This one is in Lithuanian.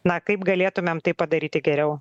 na kaip galėtumėm tai padaryti geriau